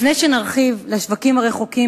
לפני שנרחיב לשווקים הרחוקים,